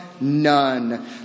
None